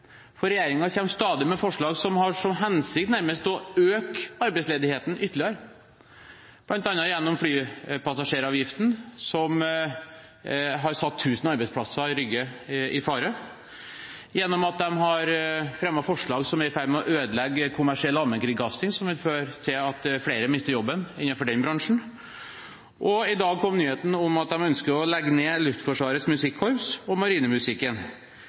for regjeringen kommer stadig med forslag som nærmest har som hensikt å øke arbeidsledigheten ytterligere, bl.a. gjennom flypassasjeravgiften, som har satt 1 000 arbeidsplasser i Rygge i fare, gjennom at de har fremmet forslag som er i ferd med å ødelegge kommersiell allmennkringkasting, som vil føre til at flere mister jobben innenfor den bransjen. Og i dag kom nyheten om at de ønsker å legge ned Luftforsvarets musikkorps og Marinemusikken.